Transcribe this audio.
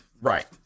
right